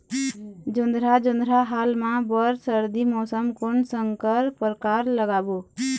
जोंधरा जोन्धरा हाल मा बर सर्दी मौसम कोन संकर परकार लगाबो?